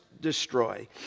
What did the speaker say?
destroy